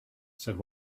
said